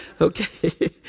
Okay